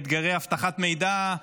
אתגרי אבטחת מידע,